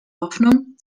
hoffnung